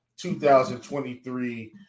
2023